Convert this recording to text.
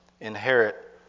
inherit